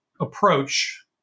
approach